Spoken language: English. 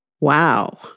Wow